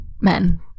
men